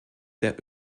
der